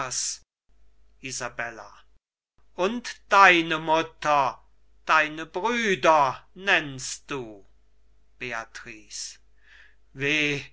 und deine mutter deine brüder nennst du beatrice weh